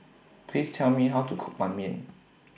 Please Tell Me How to Cook Ban Mian